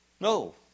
No